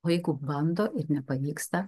o jeigu bando ir nepavyksta